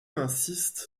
insistent